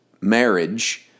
marriage